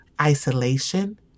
isolation